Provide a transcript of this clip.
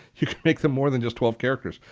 you make them more than just twelve characters.